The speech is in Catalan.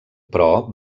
però